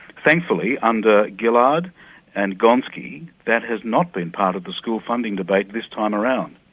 thankfully, under gillard and gonski that has not been part of the school funding debate this time around.